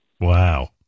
Wow